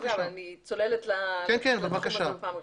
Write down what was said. אבל אני צוללת לנושא הזה פעם ראשונה.